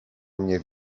mnie